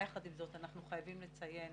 יחד עם זאת, אנחנו חייבים לציין